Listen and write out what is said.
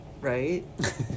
right